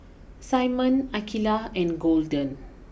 Simon Akeelah and Golden